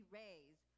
raise